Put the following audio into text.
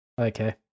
Okay